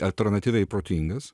alternatyviai protingas